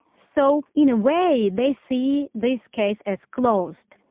so in a way, they see this case as closed.